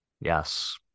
Yes